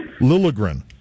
Lilligren